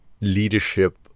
leadership